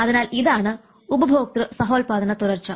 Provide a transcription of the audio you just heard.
അതിനാൽ ഇതാണ് ഉപഭോക്തൃ സഹോൽപാദന തുടർച്ച